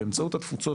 באמצעות התפוצות,